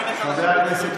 בבקשה.